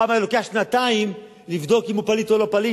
פעם היה לוקח שנתיים לבדוק אם הוא פליט או לא פליט.